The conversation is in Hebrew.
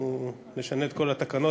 אנחנו מציינים שנה למבצע "צוק איתן";